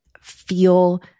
feel